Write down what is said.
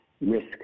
risk